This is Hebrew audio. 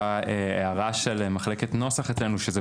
הייתה הערה של מחלקת נוסח אצלנו שזאת